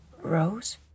Rose